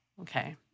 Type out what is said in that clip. Okay